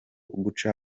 guca